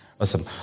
Awesome